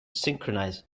synchronize